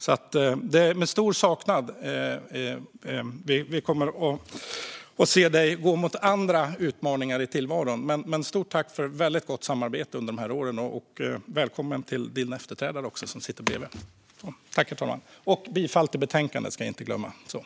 Det är med stor saknad vi kommer att se dig gå mot andra utmaningar i tillvaron. Stort tack för väldigt gott samarbete under de här åren! Jag hälsar också din efterträdare välkommen, som nu sitter bredvid dig i kammaren. Jag yrkar bifall till utskottets förslag i betänkandet.